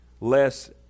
less